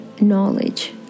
knowledge